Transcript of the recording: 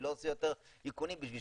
אני לא עושה יותר איכונים בשביל